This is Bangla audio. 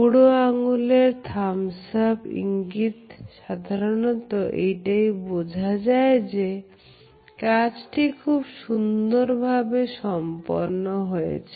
বুড়ো আঙ্গুলের Thumbs up ইঙ্গিত সাধারণত এইটা বোঝায় যে কাজটি খুব সুন্দরভাবে সম্পন্ন হয়ে গেছে